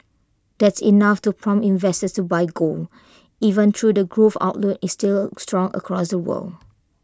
that's enough to prompt investors to buy gold even though the growth outlook is still strong across the world